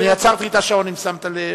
אני, אני עצרתי את השעון אם שמת לב.